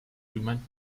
remind